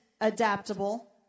adaptable